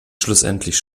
schlussendlich